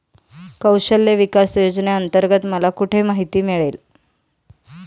कौशल्य विकास योजनेअंतर्गत मला कुठे माहिती मिळेल?